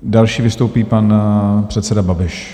Další vystoupí pan předseda Babiš.